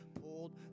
pulled